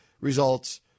results